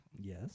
Yes